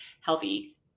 healthy